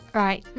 right